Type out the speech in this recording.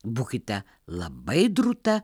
būkite labai drūta